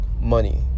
Money